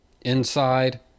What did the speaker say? Inside